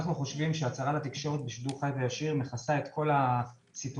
אנחנו חושבים שהצהרה לתקשורת בשידור חי וישיר מכסה את כל הסיטואציות